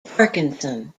parkinson